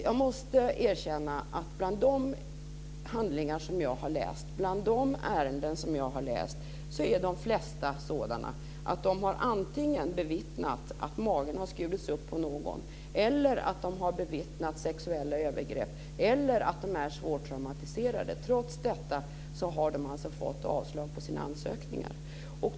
Jag måste erkänna att av de handlingar och ärenden som jag har läst visar de flesta att det handlar om människor som antingen har bevittnat att magen har skurits upp på någon, att de har bevittnat sexuella övergrepp eller att de är svårt traumatiserade. Trots detta har de alltså fått avslag på sina ansökningar.